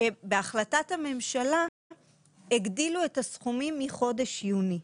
בהחלטת הממשלה הגדילו את הסכומים מחודש יוני,